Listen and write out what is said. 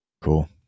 Cool